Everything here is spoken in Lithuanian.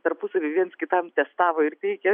tarpusavy viens kitam testavo ir teikė